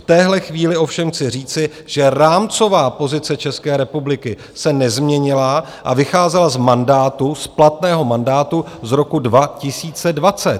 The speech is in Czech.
V téhle chvíli ovšem chci říci, že rámcová pozice České republiky se nezměnila a vycházela z mandátu, z platného mandátu, z roku 2020.